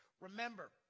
Remember